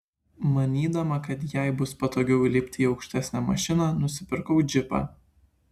manydama kad jai bus patogiau įlipti į aukštesnę mašiną nusipirkau džipą